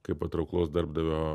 kaip patrauklaus darbdavio